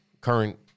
current